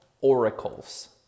oracles